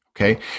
Okay